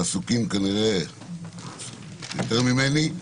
עסוקים כנראה יותר ממני.